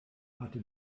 hatte